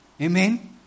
Amen